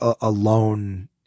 alone